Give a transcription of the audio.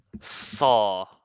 Saw